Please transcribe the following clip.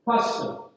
custom